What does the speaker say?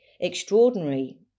extraordinary